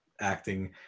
acting